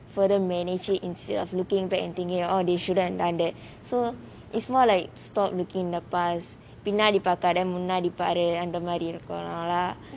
further manage it instead of looking back and thinking like oh they shouldn't have done that so it's more like stopped looking at the past பின்னாடி பாக்காத முன்னாடி பாரு அந்த மாறி இருக்கனும்:pinnadi paakatha munnadi paaru antha maari irukanum leh